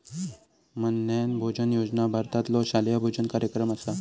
मध्यान्ह भोजन योजना भारतातलो शालेय भोजन कार्यक्रम असा